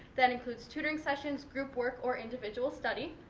that includes tutoring sessions, group work or individual study.